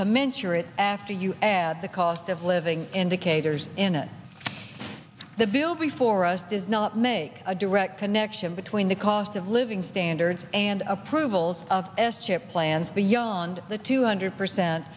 commensurate after you add the cost of living indicators into the bill before us does not make a direct connection between the cost of living standards and approvals of s chip plans beyond the two hundred percent